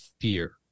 fear